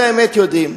אנחנו, את האמת יודעים.